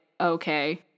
Okay